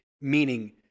meaning